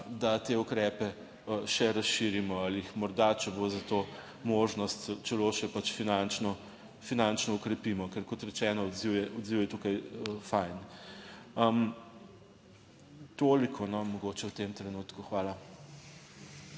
da te ukrepe še razširimo ali jih morda, če bo za to možnost, celo še pač finančno, finančno okrepimo. Ker, kot rečeno, odziv, odziv je tukaj fajn. Toliko, no, mogoče v tem trenutku. Hvala.